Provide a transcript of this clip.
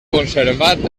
conservat